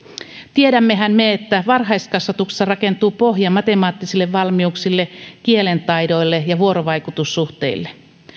tiedämmehän me että varhaiskasvatuksessa rakentuu pohja matemaattisille valmiuksille kielen taidoille ja vuorovaikutussuhteille